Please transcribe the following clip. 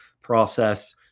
process